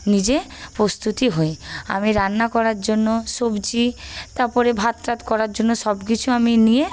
নিজে প্রস্তুত হই আমি রান্না করার জন্য সবজি তারপরে ভাত টাত করার জন্য সব কিছু আমি নিয়ে